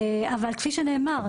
אבל כפי שנאמר,